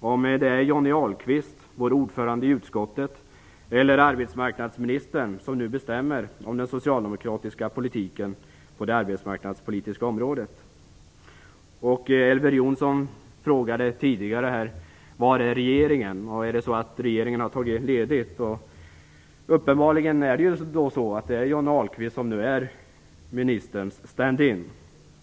om det är Johnny Ahlqvist, vår ordförande i utskottet, eller arbetsmarknadsministern som nu bestämmer om den socialdemokratiska politiken på det arbetsmarknadspolitiska området. Elver Jonsson frågade tidigare var regeringen är, om regeringen har tagit ledigt. Uppenbarligen är det så att Johnny Ahlqvist nu är ministerns stand-in.